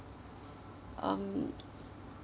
um